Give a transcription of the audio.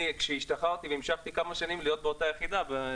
וכשהשתחררתי והמשכתי להיות באותה יחידה כמה שנים,